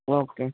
okay